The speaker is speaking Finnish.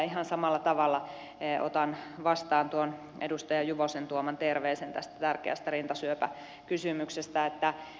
ihan samalla tavalla otan vastaan tuon edustaja juvosen tuoman terveisen tästä tärkeästä rintasyöpäkysymyksestä